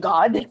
God